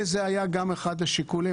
זה היה אחד השיקולים,